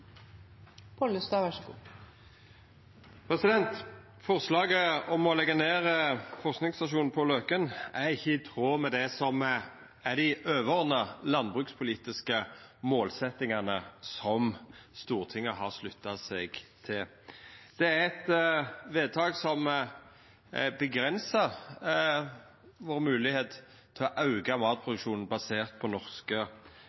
ikkje i tråd med det som er dei overordna landbrukspolitiske målsettingane som Stortinget har slutta seg til. Det er eit vedtak som avgrensar moglegheita vår til å auka